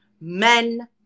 Men